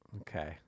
Okay